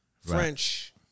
French